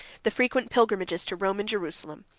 the frequent pilgrimages to rome and jerusalem,